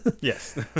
Yes